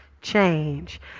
change